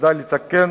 כדאי לתקן